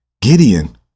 Gideon